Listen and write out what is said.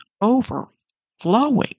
overflowing